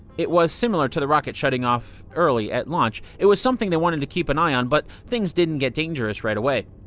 it was similar to the rocket shutting off early at launch it was something they wanted to keep an eye on, but things didn't get dangerous right away.